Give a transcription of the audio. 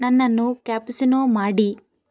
ನನ್ನನ್ನು ಕ್ಯಾಪುಸಿನೊ ಮಾಡಿ